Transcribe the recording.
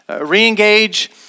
Re-engage